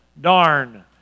darn